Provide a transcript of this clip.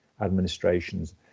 administrations